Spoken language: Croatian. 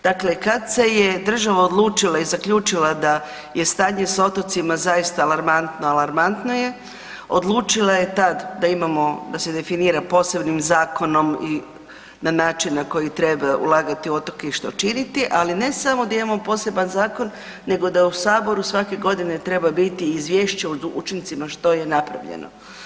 Dakle, kad se je država odlučila i zaključila da je stanje sa otocima zaista alarmantno, alarmantno je, odlučila je tad da imamo, da se definira posebnim zakonom i na način na koji treba ulagati u otoke i što činiti, ali ne samo da imamo poseban zakon nekog da u saboru svake godine treba biti izvješće o učincima što je napravljeno.